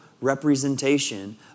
representation